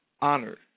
honored